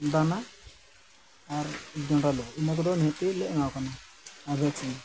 ᱫᱟᱱᱟ ᱟᱨ ᱡᱚᱸᱰᱟᱞᱚ ᱤᱱᱟᱹ ᱠᱚᱫᱚ ᱱᱤᱦᱟᱹᱛᱤᱞᱮ ᱮᱢᱟᱣ ᱟᱠᱚ ᱠᱟᱱᱟ ᱟᱨ ᱵᱷᱮᱠᱥᱤᱱ